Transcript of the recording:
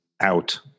out